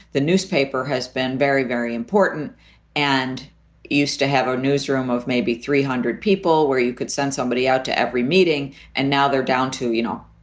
the newspaper has been very, very important and used to have a newsroom of maybe three hundred people where you could send somebody out to every meeting and now they're down to, you know,